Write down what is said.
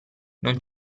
non